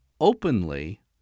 openly